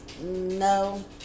No